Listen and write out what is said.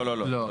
לא, לא, לא.